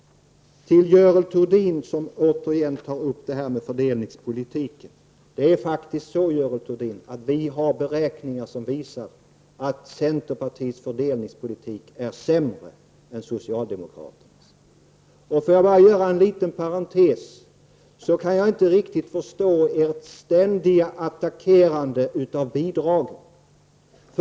Görel Thurdin tar återigen upp fördelningspolitiken. Vi har faktiskt, Görel Thurdin, beräkningar som visar att centerpartiets fördelningspolitik är sämre än socialdemokraternas. För att bara göra en liten parentes vill jag säga att jag inte riktigt kan förstå centerns ständiga attacker på bidragen.